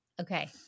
okay